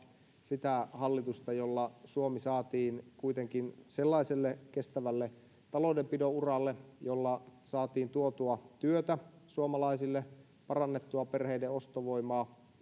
sitä hallitusta jolla suomi saatiin kuitenkin sellaiselle kestävälle taloudenpidon uralle jolla saatiin tuotua työtä suomalaisille parannettua perheiden ostovoimaa